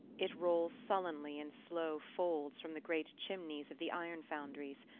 it rolls sullenly in slow folds from the great chimneys of the iron-foundries,